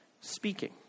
speaking